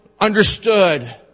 understood